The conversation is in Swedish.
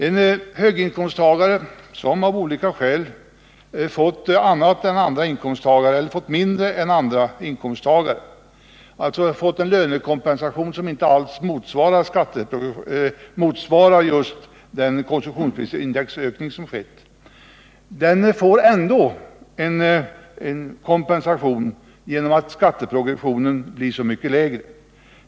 En höginkomsttagare, som av olika skäl fått mindre löneökning än andra inkomsttagare, alltså fått en lönekompensation som inte motsvarar ökningen av konsumentprisindex, får ändå kompensation genom att skatteprogressionen blir så mycket lägre.